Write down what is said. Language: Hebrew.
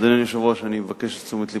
" אדוני היושב-ראש, אני מבקש את תשומת לבך.